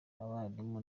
abarimu